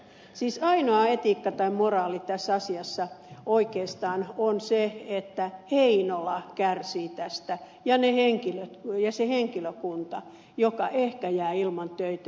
siis ainoa etiikka tai moraali tässä asiassa oikeastaan on se että heinola kärsii tästä ja se henkilökunta joka ehkä jää ilman töitä